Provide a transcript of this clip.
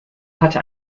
hatte